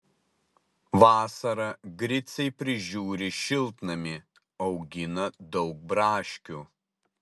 vasarą griciai prižiūri šiltnamį augina daug braškių